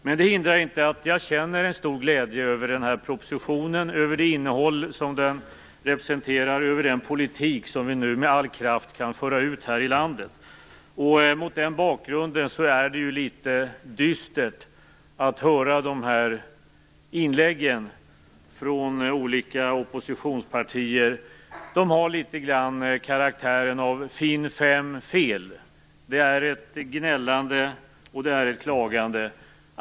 Men det hindrar inte att jag känner en stor glädje över propositionen, över det innehåll som den har, över den politik som vi nu med all kraft kan föra ut i landet. Mot den bakgrunden är det litet dystert att höra inläggen från olika oppositionspartier. De har litet grand karaktären av "finn fem fel". Det är ett gnällande och klagande.